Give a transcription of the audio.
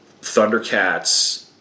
Thundercats